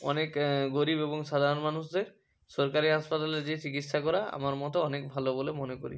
অনেক গরিব এবং সাধারণ মানুষদের সরকারি হাসপাতালে যেয়ে চিকিৎসা করা আমার মতে অনেক ভালো বলে মনে করি